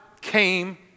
came